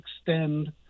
extend